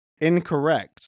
Incorrect